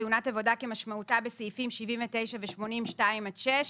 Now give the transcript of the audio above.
תאונת עבודה כמשמעותה בסעיפים 79 ו-80(2) עד (6)